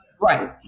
Right